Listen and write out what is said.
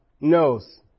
knows